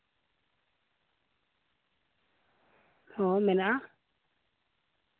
ᱦᱚᱸ ᱢᱮᱱᱟᱜᱼᱟ